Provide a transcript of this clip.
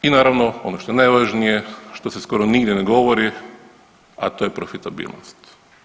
I naravno, ono što je najvažnije, što se skoro nigdje ne govori, a to je profitabilnost.